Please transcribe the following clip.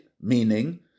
meaning